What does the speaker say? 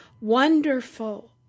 wonderful